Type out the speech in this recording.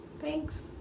Thanks